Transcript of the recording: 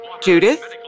Judith